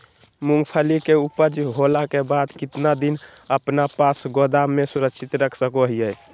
मूंगफली के ऊपज होला के बाद कितना दिन अपना पास गोदाम में सुरक्षित रख सको हीयय?